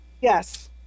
Yes